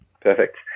Perfect